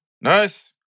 nice